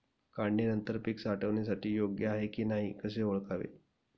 काढणी नंतर पीक साठवणीसाठी योग्य आहे की नाही कसे ओळखावे?